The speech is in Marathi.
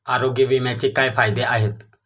आरोग्य विम्याचे काय फायदे आहेत?